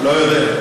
לא יודע.